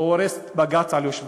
או שהוא הורס את בג"ץ על יושביו?